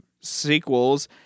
sequels